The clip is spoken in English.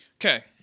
Okay